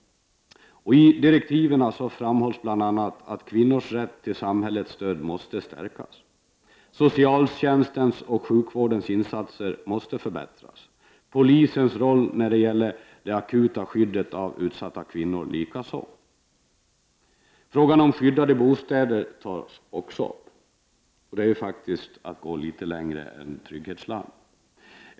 I direktiven framhålls bl.a. att kvinnors rätt till samhällets stöd måste stärkas. Socialtjänstens och sjukvårdens insatser måste förbättras, polisens roll när det gäller det akuta skyddet av utsatta kvinnor likaså. Frågan om skyddade bostäder tas också upp. Det är faktiskt att gå litet längre än till trygghetslarm.